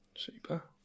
Super